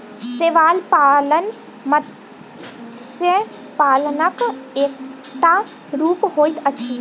शैवाल पालन मत्स्य पालनक एकटा रूप होइत अछि